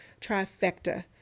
trifecta